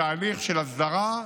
בתהליך של אסדרה,